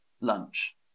lunch